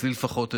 אצלי לפחות,